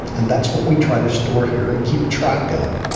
and that's what we try to store here and keep track of,